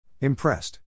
Impressed